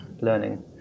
learning